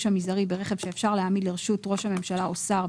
המזערי ברכב שאפשר להעמיד לרשות ראש הממשלה או שר,